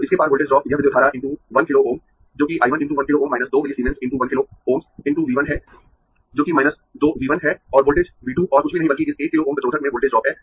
तो इसके पार वोल्टेज ड्रॉप है यह विद्युत धारा × 1 किलो Ω जो कि I 1 × 1 kilo Ω 2 millisiemens × 1 kilo Ωs × V 1 है जो कि 2 V 1 है और वोल्टेज V 2 और कुछ भी नहीं बल्कि इस 1 किलो Ω प्रतिरोधक में वोल्टेज ड्रॉप है